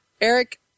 Eric